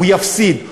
הוא יפסיד,